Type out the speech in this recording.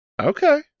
okay